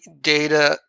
data